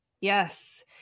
Yes